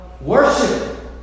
worship